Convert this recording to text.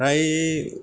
फ्राय